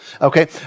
Okay